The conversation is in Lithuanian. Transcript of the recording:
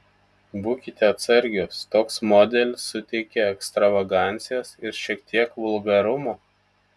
būkite atsargios toks modelis suteikia ekstravagancijos ir šiek tiek vulgarumo